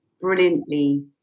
brilliantly